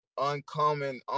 uncommon